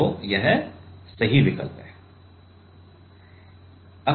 तो यह सही विकल्प है